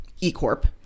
E-Corp